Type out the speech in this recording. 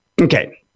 okay